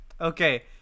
Okay